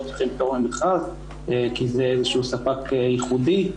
צריכים פטור ממכרז כי זה איזשהו ספק ייחודי.